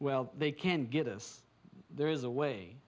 well they can get us there is a way